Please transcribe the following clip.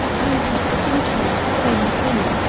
i was thinking the same thing.